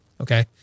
okay